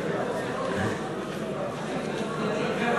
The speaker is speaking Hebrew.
1